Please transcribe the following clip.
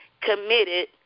committed